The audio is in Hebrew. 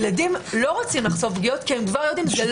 ילדים לא רוצים לחשוף פגיעות כי הם יודעים- -- אם